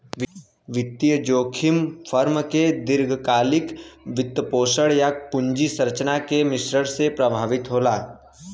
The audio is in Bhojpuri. वित्तीय जोखिम फर्म के दीर्घकालिक वित्तपोषण, या पूंजी संरचना के मिश्रण से प्रभावित होला